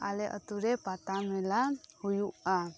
ᱟᱞᱮ ᱟᱹᱛᱩᱨᱮ ᱯᱟᱛᱟ ᱢᱮᱞᱟ ᱦᱩᱭᱩᱜᱼᱟ